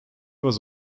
was